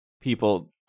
people